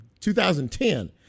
2010